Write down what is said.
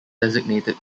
designated